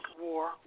war